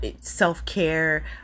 self-care